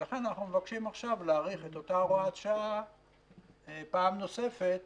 ולכן אנחנו מבקשים עכשיו להאריך את אותה הוראה שעה פעם נוספת